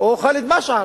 או ח'אלד משעל.